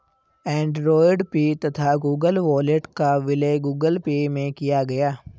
Android Pay तथा Google Wallet का विलय गूगल पे में किया गया